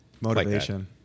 motivation